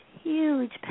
huge